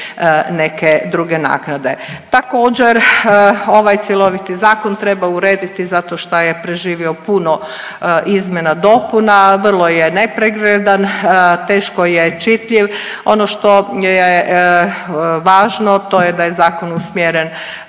neke druge naknade. Također, ovaj cjeloviti zakon treba urediti zato šta je preživio puno izmjena, dopuna, vrlo je nepregledan, teško je čitljiv. Ono što je važno to je da je zakon usmjeren